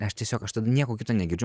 aš tiesiog aš tada nieko kito negirdžiu